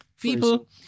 people